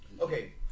Okay